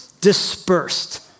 dispersed